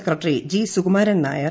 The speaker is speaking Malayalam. സെക്രട്ടറി സുകുമാരൻ നായർ